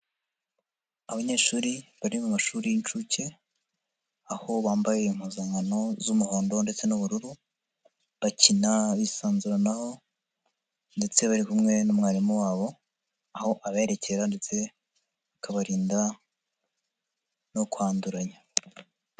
Abanyeshuri bari mu mashuri y'incuke, aho bambaye impuzankano z'umuhondo ndetse n'ubururu, bakina bisanzuranaho ndetse bari kumwe n'umwarimu wabo, aho aberekera ndetse akabarinda no kwanduranya.